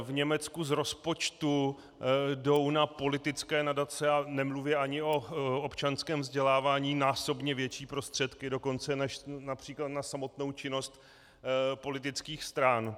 V Německu z rozpočtu jdou na politické nadace, nemluvě ani o občanském vzdělávání, násobně větší prostředky dokonce než například na samotnou činnosti politických stran.